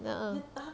a'ah